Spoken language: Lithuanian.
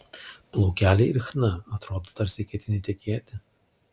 plaukeliai ir chna atrodo tarsi ketini tekėti